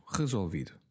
resolvido